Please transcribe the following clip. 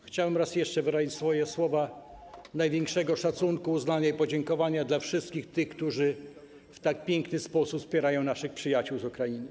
Chciałbym raz jeszcze wyrazić swoje słowa największego szacunku, uznania i podziękowania dla wszystkich tych, którzy w tak piękny sposób wspierają naszych przyjaciół z Ukrainy.